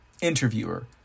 Interviewer